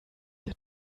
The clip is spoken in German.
der